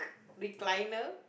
recliner